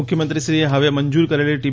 મુખ્યમંત્રીશ્રીએ હવે મંજૂર કરેલી ટી